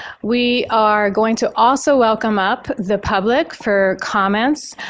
we are going to also welcome up the public for comments.